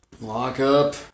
Lock-up